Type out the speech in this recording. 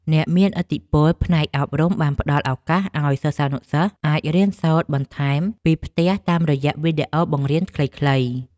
អ្នកមានឥទ្ធិពលផ្នែកអប់រំបានផ្ដល់ឱកាសឱ្យសិស្សានុសិស្សអាចរៀនសូត្របន្ថែមពីផ្ទះតាមរយៈវីដេអូបង្រៀនខ្លីៗ។